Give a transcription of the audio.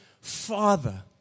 father